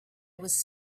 was